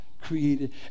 created